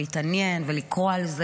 להתעניין ולקרוא על זה,